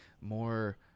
more